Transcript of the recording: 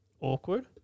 awkward